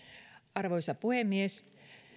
arvoisa puhemies